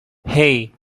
hey